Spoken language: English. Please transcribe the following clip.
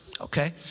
Okay